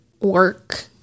work